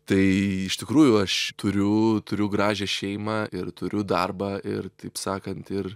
tai iš tikrųjų aš turiu turiu gražią šeimą ir turiu darbą ir taip sakant ir